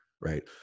right